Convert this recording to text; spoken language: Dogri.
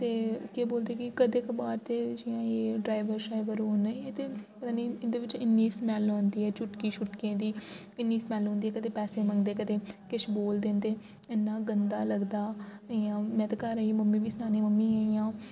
ते बोलदे की कदें कबार ते जि'यां ऐ डरैबर शरैबर न एह् पता निं इं'दे बिच इ'न्नी स्मेल औंदी ऐ चुटकी छुटकियें दी इ'न्नी स्मेल औंदी कदें पैसे मंगदे कदें किश बोलदे न ते इ'न्ना गंदा लगदा इ'यां मे ते घर आइयै मम्मी बी सनानी मम्मी इ'यां इ'यां